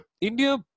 India